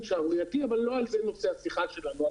שערורייתי אבל לא זה נושא השיחה שלנו.